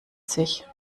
sich